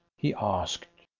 he asked.